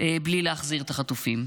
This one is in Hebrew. בלי להחזיר את החטופים.